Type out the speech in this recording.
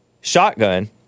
shotgun